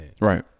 Right